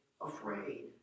afraid